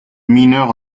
mineur